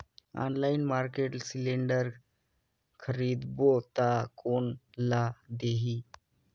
Online market cylinder खरीदबो ता कोन ला देही?